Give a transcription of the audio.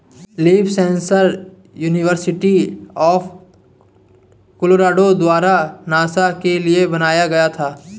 leaf sensor university of Colorado द्वारा NASA के लिए बनाया गया था